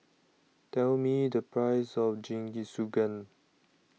Tell Me The Price of Jingisukan